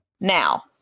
Now